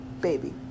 baby